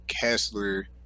Kessler